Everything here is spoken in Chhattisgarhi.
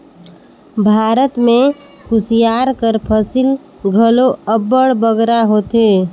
भारत में कुसियार कर फसिल घलो अब्बड़ बगरा होथे